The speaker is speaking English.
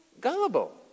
gullible